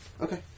Okay